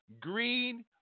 green